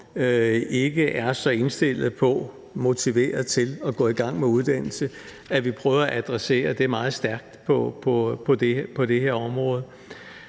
ikke er så indstillet på, motiveret til at gå i gang med uddannelse, prøver at adressere det meget stærkt på det her område.